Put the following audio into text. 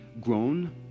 grown